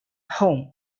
home